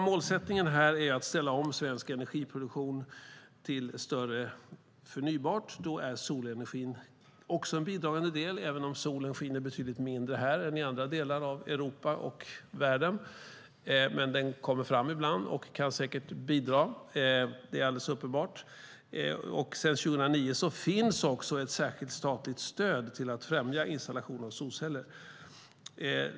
Målsättningen är att ställa om svensk energiproduktion till större andel förnybart, och då är solenergin en bidragande del, även solen skiner betydligt mindre här än i andra delar av Europa och världen. Den kommer ju fram ibland och kan säkert bidra - det är alldeles uppenbart. Sedan 2009 finns också ett särskilt statligt stöd för att främja installation av solceller.